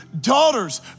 daughters